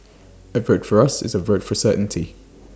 A vote for us is A vote for certainty